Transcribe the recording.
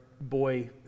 boy